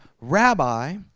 Rabbi